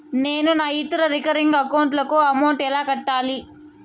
నేను నా ఇతర రికరింగ్ అకౌంట్ లకు అమౌంట్ ఎలా కట్టాలి?